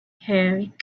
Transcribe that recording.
haired